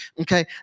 Okay